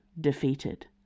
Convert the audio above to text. defeated